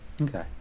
Okay